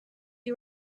you